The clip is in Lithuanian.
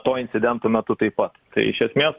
to incidento metu taip pat tai iš esmės